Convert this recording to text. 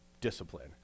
discipline